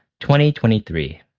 2023